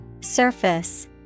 Surface